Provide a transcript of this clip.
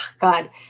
god